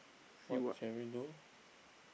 what can we do